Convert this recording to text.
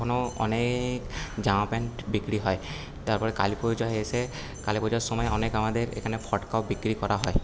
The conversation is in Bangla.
তখনও অনেক জামা প্যান্ট বিক্রি হয় তারপরে কালী পুজোয় এসে কালী পুজোর সময় অনেক আমাদের এখানে ফটকাও বিক্রি করা হয়